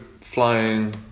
flying